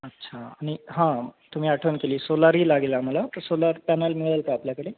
अच्छा आणि हां तुम्ही आठवण केली सोलारही लागेल आम्हाला तर सोलार पॅनल मिळंल का आपल्याकडे